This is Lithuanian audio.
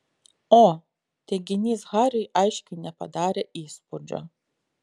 o teiginys hariui aiškiai nepadarė įspūdžio